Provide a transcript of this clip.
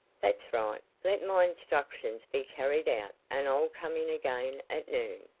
that's right. let my instructions be carried out, and i'll come in again at noon.